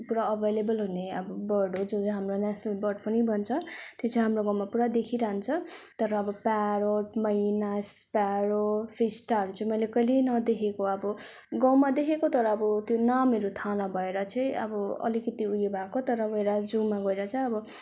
पुरा अभएलेबल हुने अब बर्ड हो जो चाहिँ हाम्रो नेसनल बर्ड पनि भन्छ त्यो चाहिँ हाम्रो गाउँमा पुरा देखिरहन्छ तर अब प्यारोट मैना स्प्यारो फिस्टाहरू चाहिँ मैले कहिल्यै नदेखेको अब गाउँमा देखेको अब तर अब त्यो नामहरू थाहा नभएर चाहिँ अब अलिकति उयो भएको तर व्हेर एज जुमा गएर चाहिँ अब